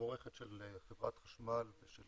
מבורכת של חברת החשמל ושל